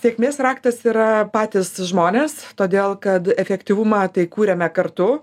sėkmės raktas yra patys žmonės todėl kad efektyvumą tai kūrėme kartu